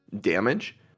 damage